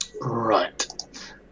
Right